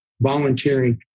volunteering